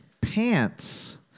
pants